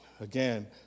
again